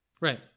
Right